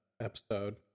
episode